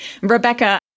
Rebecca